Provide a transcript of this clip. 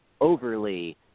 overly